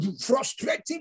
frustrating